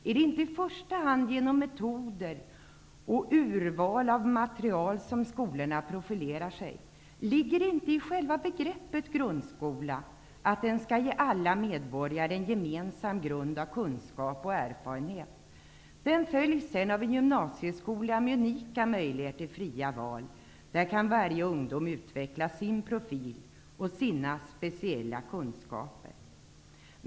Är det inte i första hand genom metoder och urval av material som skolorna profilerar sig? Ligger det inte i själva begreppet grundskola att den skall ge alla medborgare en gemensam grund av kunskaper och erfarenheter? Den följs av en gymnasieskola med unika möjligheter till fria val. Där kan varje ungdom utveckla sin profil och sina speciella kunskaper.